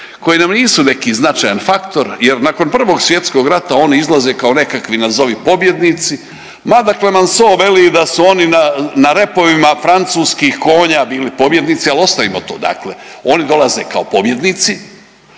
koji nam nisu neki značajan faktor, jer nakon Prvog svjetskog rata oni izlaze kao nekakvi nazovi pobjednici, mada Manso veli da su oni na repovima francuskih konja bili pobjednici ali ostavimo to. Dakle oni dolaze kao pobjednici.